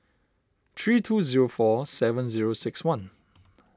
three two zero four seven zero six one